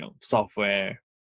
software